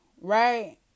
right